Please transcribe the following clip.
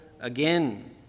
again